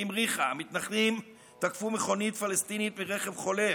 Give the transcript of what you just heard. באימריחה מתנחלים תקפו מכונית פלסטינית מרכב חולף.